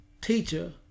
teacher